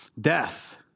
Death